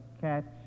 catch